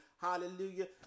hallelujah